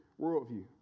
worldview